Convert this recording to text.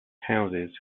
houses